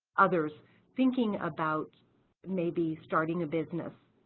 others thinking about maybe starting a business,